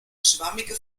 schwammige